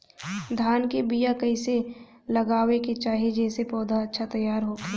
धान के बीया कइसे लगावे के चाही जेसे पौधा अच्छा तैयार होखे?